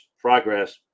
progress